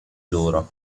loro